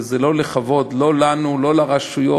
וזה לא לכבוד לא לנו ולא לרשויות.